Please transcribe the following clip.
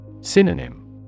Synonym